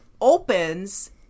opens